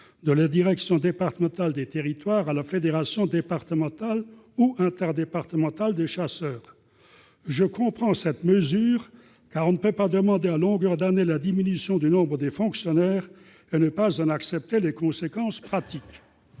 de la direction départementale des territoires à la fédération départementale ou interdépartementale des chasseurs. Je comprends cette mesure, car on ne peut pas demander à longueur d'année la diminution du nombre des fonctionnaires et ne pas en accepter les conséquences pratiques.